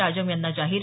राजम यांना जाहीर